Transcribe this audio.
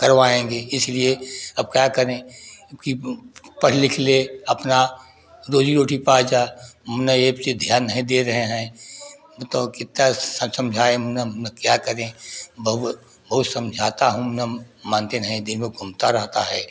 करवाएंगे इसलिए अब क्या करें कि पढ़ लिख ले अपना रोजी रोटी पा जा ना ये चीज ध्यान नहीं दे रहे हैं तो कितना समझाएं क्या करें बहुत समझाता हूँ ना मानते नहीं दिन भर घूमता रहता है